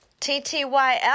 ttyl